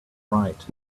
right